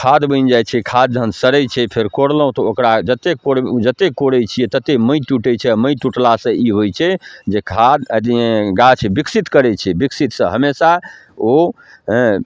खाद बनि जाइ छै खाद जहन सड़ै छै फेर कोड़लहुँ तऽ ओकरा जतेक कोड़बै जतेक कोड़ै छिए ततेक माटि टुटै छै आओर माटि टुटलासँ ई होइ छै जे खाद गाछ विकसित करै छै विकसितसँ हमेशा ओ